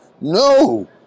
no